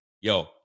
yo